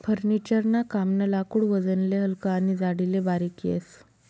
furniture ना कामनं लाकूड वजनले हलकं आनी जाडीले बारीक येस